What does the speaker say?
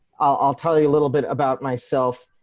i'll tell you a little bit about myself.